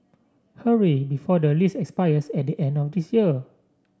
hurry before the lease expires at the end of this year